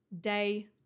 Day